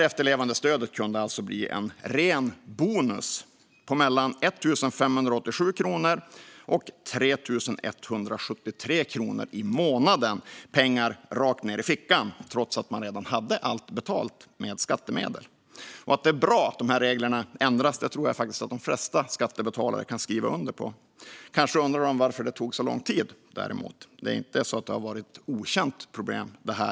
Efterlevandestödet kunde därmed bli en ren bonus på mellan 1 587 och 3 173 kronor i månaden rakt ned i fickan, trots att man redan hade allt betalt med skattemedel. Att det är bra att de här reglerna ändras tror jag faktiskt att de flesta skattebetalare kan skriva under på. Kanske undrar de dock varför det tog så lång tid. Det är inte så att det har varit ett okänt problem.